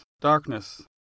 Darkness